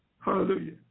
Hallelujah